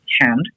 hand